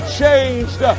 changed